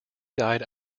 died